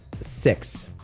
six